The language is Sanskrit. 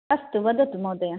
अस्तु वदतु महोदय